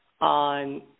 on